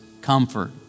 comfort